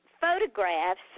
photographs